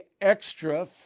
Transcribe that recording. extra